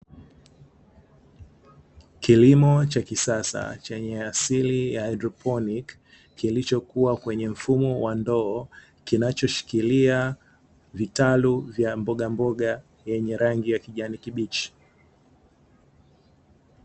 Kilimo cha kisasa chenye asili ya “kihaidroponiki” lilichokuwa kwenye mfumo wa ndoo, kinachoshikilia vitaru vya mbogamboga yenye rangi ya kijani kibichi.